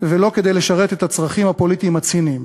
ולא את הצרכים הפוליטיים הציניים.